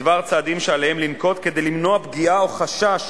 בדבר צעדים שעליהם לנקוט כדי למנוע פגיעה או חשש